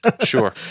Sure